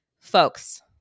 folks